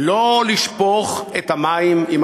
לא לשפוך את התינוק עם המים.